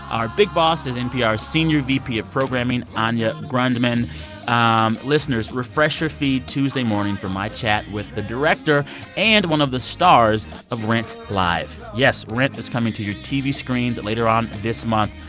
our big boss is npr's senior vp of programming, anya grundmann um listeners, refresh your feed tuesday morning for my chat with the director and one of the stars of rent live. yes, rent is coming to your tv screens later on this month.